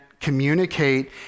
communicate